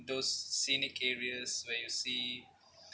those scenic areas where you see